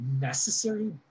necessary